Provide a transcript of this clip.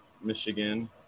Michigan